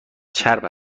چرب